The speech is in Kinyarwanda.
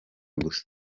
gusa